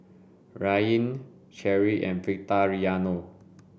Ryne Cherie and Victoriano